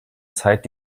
zeit